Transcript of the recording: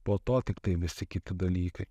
po to tiktai visi kiti dalykai